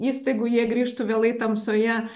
įstaigų jie grįžta vėlai tamsoje